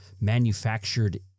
manufactured